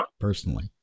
personally